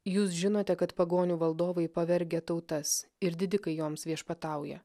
jūs žinote kad pagonių valdovai pavergia tautas ir didikai joms viešpatauja